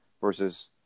versus